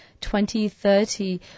2030